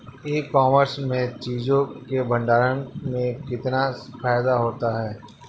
ई commerce में चीज़ों के भंडारण में कितना फायदा होता है?